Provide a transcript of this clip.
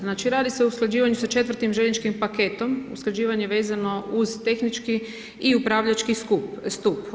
Znači radi se o usklađivanju sa 4. željezničkim paketom, usklađivanje vezano uz tehnički i upravljački stup.